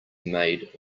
made